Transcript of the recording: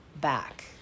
back